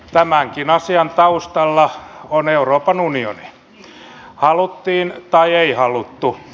tämänkin asian taustalla on euroopan unioni haluttiin tai ei haluttu